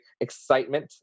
excitement